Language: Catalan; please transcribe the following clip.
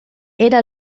era